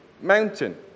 mountain